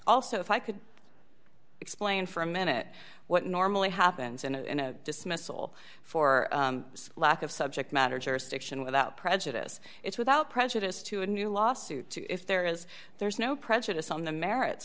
also if i could explain for a minute what normally happens in a dismissal for lack of subject matter jurisdiction without prejudice it's without prejudice to a new lawsuit if there is there's no prejudice on the merits